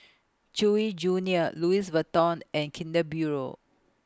Chewy Junior Louis Vuitton and Kinder Bueno